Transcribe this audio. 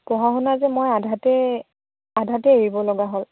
পঢ়া শুনা যে মই আধাতে আধাতে এৰিব লগা হ'ল